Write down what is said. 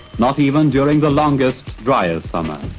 not even during the longest, driest summer.